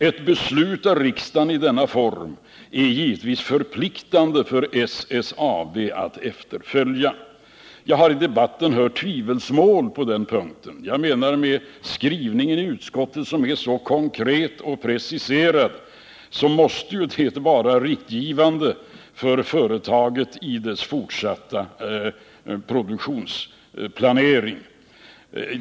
Ett beslut av riksdagen i denna form är givetvis förpliktande för SSAB att efterfölja. Jag har i debatten hört tvivelsmål på den punkten. Men jag menar att utskottets skrivning, som är så konkret och preciserad, måste vara riktgivande för företaget i dess fortsatta produktionsplanering.